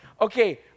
okay